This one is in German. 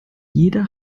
jeder